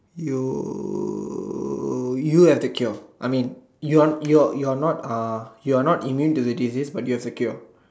you you have the cure I mean you're you're you're not uh you're not immune to the disease but you have the cure